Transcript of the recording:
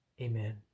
Amen